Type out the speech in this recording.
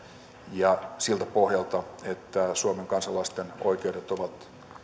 ja siltä pohjalta että suomen kansalaisten oikeudet ovat